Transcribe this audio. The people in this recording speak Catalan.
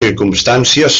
circumstàncies